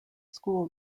school